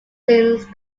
since